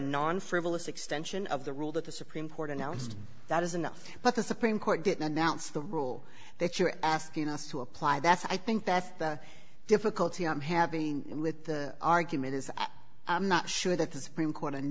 non frivolous extension of the rule that the supreme court announced that is enough but the supreme court didn't announce the rule that you're asking us to apply that's i think that's the difficulty i'm having with the argument is i'm not sure that the supreme court an